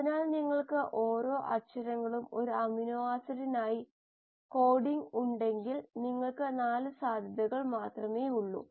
അതിനാൽ നിങ്ങൾക്ക് ഓരോ അക്ഷരങ്ങളും ഒരു അമിനോ ആസിഡിനായി കോഡിംഗ് ഉണ്ടെങ്കിൽ നിങ്ങൾക്ക് 4 സാധ്യതകൾ മാത്രമേയുള്ളൂ